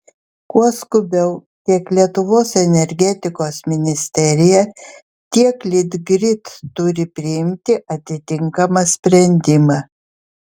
kuo skubiau tiek lietuvos energetikos ministerija tiek litgrid turi priimti atitinkamą sprendimą